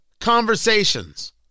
conversations